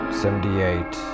seventy-eight